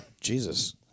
Jesus